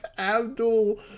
Abdul